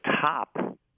top